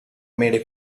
made